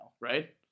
right